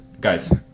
guys